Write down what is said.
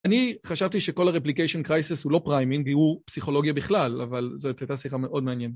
אני חשבתי שכל הרפליקיישן קרייסס הוא לא פריימינג, הוא פסיכולוגיה בכלל, אבל זו הייתה שיחה מאוד מעניינת.